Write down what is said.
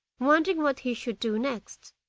wondering what he should do next,